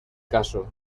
caso